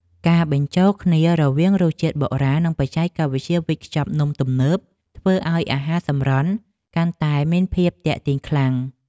ការបញ្ចូលគ្នារវាងរសជាតិបុរាណនិងបច្ចេកវិទ្យាវេចខ្ចប់ទំនើបធ្វើឱ្យអាហារសម្រន់កាន់តែមានភាពទាក់ទាញខ្លាំង។